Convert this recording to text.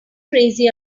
crazy